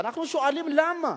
ואנחנו שואלים: למה?